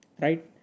right